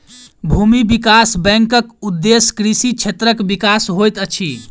भूमि विकास बैंकक उदेश्य कृषि क्षेत्रक विकास होइत अछि